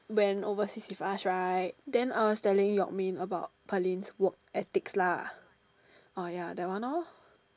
went overseas with us right then I was telling Yok-Min about Pearlyn's work ethnics lah orh ya that one lor